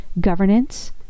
governance